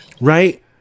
right